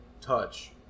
touch